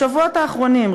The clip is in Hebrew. בשבועות האחרונים,